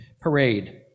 parade